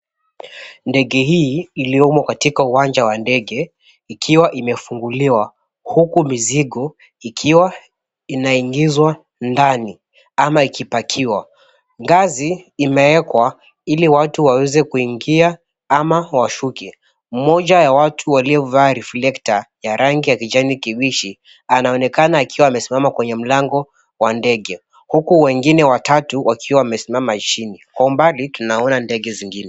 Ndege hii iliyomo katika uwanja wa ndege ikiwa imefunguliwa huku mzigo ikiwa inaingizwa ndani ama ikipakiwa. Ngazi imewekwa ili watu waweze kuingia ama washuke. Mmoja wa watu aliyevaa reflector ya rangi ya kijani kibichi anaonekana akiwa amesimama kwenye mlango wa ndege huku wengine wakiwa wamesimama chini, kwa umbali tunaona ndege zingine.